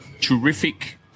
terrific